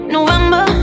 November